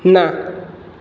ના